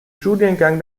studiengang